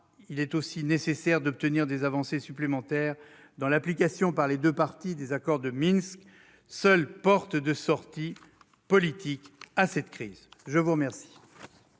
il est nécessaire, en outre, d'obtenir des avancées supplémentaires dans l'application par les deux parties des accords de Minsk, seule porte de sortie politique à cette crise. La parole